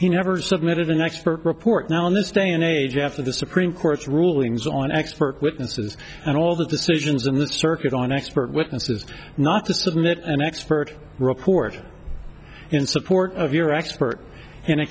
he never submitted an expert report now in this day and age after the supreme court's rulings on expert witnesses and all the decisions in the circuit on expert witnesses not to submit an expert report in support of your expert in a